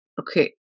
Okay